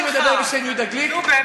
נו, באמת.